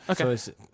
Okay